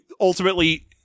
Ultimately